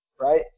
right